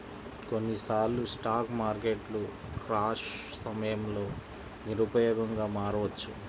కొన్నిసార్లు స్టాక్ మార్కెట్లు క్రాష్ సమయంలో నిరుపయోగంగా మారవచ్చు